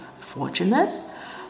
fortunate